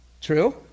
True